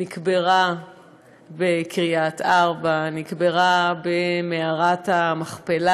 נקברה בקריית ארבע, נקברה במערת המכפלה.